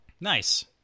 Nice